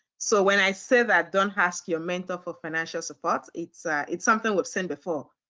so when i say that don't ask your mentor for financial support, it's ah it's something we've seen before.